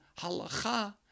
halacha